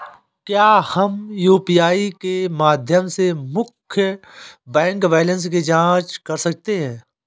क्या हम यू.पी.आई के माध्यम से मुख्य बैंक बैलेंस की जाँच कर सकते हैं?